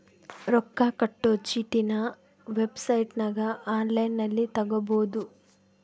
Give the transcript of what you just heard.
ರೊಕ್ಕ ಕಟ್ಟೊ ಚೀಟಿನ ವೆಬ್ಸೈಟನಗ ಒನ್ಲೈನ್ನಲ್ಲಿ ತಗಬೊದು